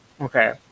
Okay